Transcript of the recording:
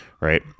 right